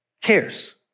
cares